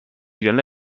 人类